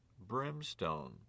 brimstone